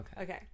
okay